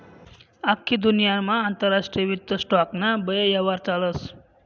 आख्खी दुन्यामा आंतरराष्ट्रीय वित्त स्टॉक ना बये यव्हार चालस